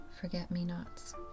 forget-me-nots